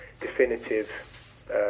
definitive